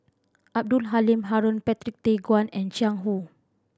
Abdul Halim Haron Patrick Tay Guan and Jiang Hu